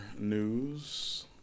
news